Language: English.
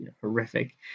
horrific